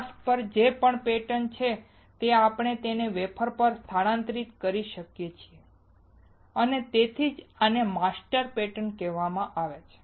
mask પર જે પણ પેટર્ન છે તે આપણે તેને વેફર પર સ્થાનાંતરિત કરી શકીએ છીએ અને તેથી જ આને માસ્ટર પેટર્ન કહેવામાં આવે છે